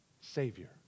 Savior